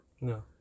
No